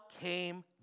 came